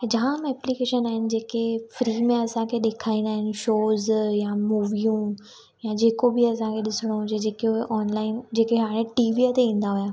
जाम application आहिनि जेके free में असांखे ॾेखारींदा आहिनि शोज़ या मूवियूं या जेको बि असांखे ॾिसणो हुजे जेके ऑनलाइन जेके हाणे टीवीअ ते ईंदा हुया